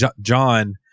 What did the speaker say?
John